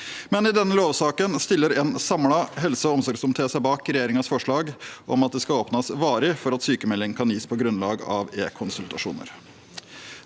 etter e-konsultasjon) 2023 let helse- og omsorgskomité seg bak regjeringens forslag om at det skal åpnes varig for at sykmelding kan gis på grunnlag av e-konsultasjoner.